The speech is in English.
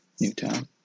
Newtown